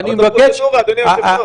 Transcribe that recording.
אבל זו פרוצדורה, אדוני היושב-ראש.